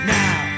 now